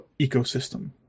ecosystem